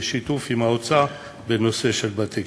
בשיתוף עם האוצר, בנושא של בתי-קשישים.